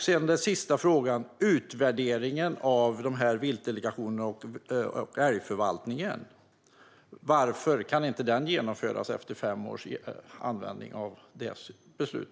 Min sista fråga gäller utvärderingen av viltdelegationerna och älgförvaltningen - varför kan den inte genomföras efter fem års tillämpning av detta beslut?